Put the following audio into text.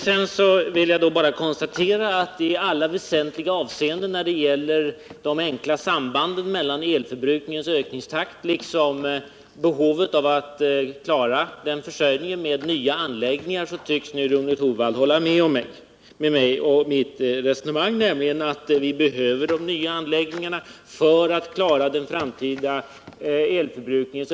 Sedan vill jag bara konstatera att i alla väsentliga avseenden, när det gäller de enkla sambanden mellan elförbrukningens ökningstakt och behovet av att klara den försörjningen med nya anläggningar, tycks nu Rune Torwald hålla med mig i mitt resonemang, nämligen att vi behöver de nya anläggningarna för att klara den framtida ökningstakten i elförbrukningen.